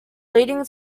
leading